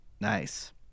Nice